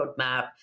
roadmap